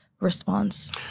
response